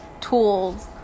tools